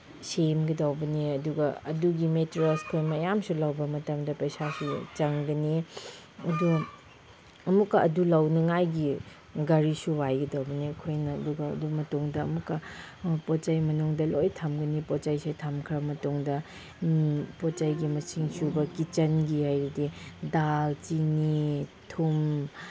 ꯁꯦꯝꯒꯗꯧꯕꯅꯦ ꯑꯗꯨꯒ ꯑꯗꯨꯒꯤ ꯃꯤꯇ꯭ꯔꯣꯁ ꯃꯌꯥꯝꯁꯨ ꯂꯧꯕ ꯃꯇꯝꯗ ꯄꯩꯁꯥꯁꯨ ꯆꯪꯒꯅꯤ ꯑꯗꯨ ꯑꯃꯨꯛꯀ ꯑꯗꯨ ꯂꯧꯅꯉꯥꯏꯒꯤ ꯒꯥꯔꯤꯁꯨ ꯋꯥꯏꯒꯗꯧꯕꯅꯤ ꯑꯩꯈꯣꯏꯅ ꯑꯗꯨꯒ ꯑꯗꯨ ꯃꯇꯨꯡꯗ ꯑꯃꯨꯛꯀ ꯄꯣꯠ ꯆꯩ ꯃꯅꯨꯡꯗ ꯂꯣꯏ ꯊꯝꯒꯅꯤ ꯄꯣꯠ ꯆꯩꯁꯦ ꯊꯝꯈ꯭ꯔ ꯃꯇꯨꯡꯗ ꯄꯣꯠ ꯆꯩꯒꯤ ꯃꯁꯤꯡ ꯁꯨꯕ ꯀꯤꯠꯆꯟꯒꯤ ꯑꯣꯏꯔꯗꯤ ꯗꯥꯜ ꯆꯤꯅꯤ ꯊꯨꯝ